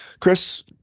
Chris